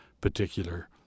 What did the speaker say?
particular